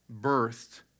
birthed